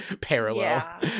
parallel